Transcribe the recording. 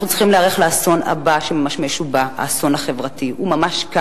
הוא מחריף,